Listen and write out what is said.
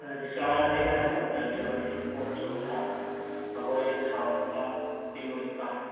ꯑꯗꯨ ꯗꯤꯁꯀꯥꯎꯟ ꯑꯗꯨꯗꯒꯤ ꯍꯦꯟꯅ ꯂꯩꯇ꯭ꯔꯕꯅꯦ ꯄꯣꯠꯁꯨ ꯐꯕ ꯗꯤꯁꯀꯥꯎꯟꯁꯨ ꯈꯔꯌꯥꯝ ꯄꯤꯕ ꯑꯣꯏꯅ ꯄꯥꯝꯃꯤ